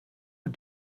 har